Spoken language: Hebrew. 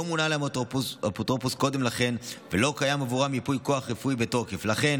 לא מונה להם אפוטרופוס קודם לכן ולא קיים ייפוי כוח רפואי בתוקף בעבורם.